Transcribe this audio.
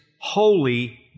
holy